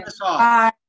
Bye